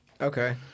Okay